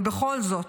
ובכל זאת,